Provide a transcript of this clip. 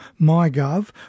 MyGov